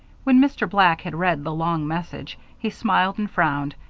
when mr. black had read the long message he smiled and frowned,